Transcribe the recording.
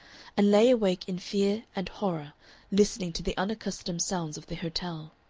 and lay awake in fear and horror listening to the unaccustomed sounds of the hotel.